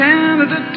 Canada